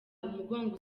umugongo